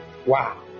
Wow